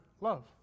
love